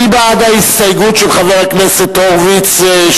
מי בעד ההסתייגות של חברי הכנסת ניצן הורוביץ,